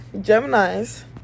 Gemini's